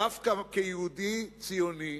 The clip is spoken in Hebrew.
דווקא כיהודי ציוני,